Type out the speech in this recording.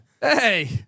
Hey